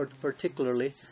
particularly